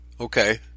Okay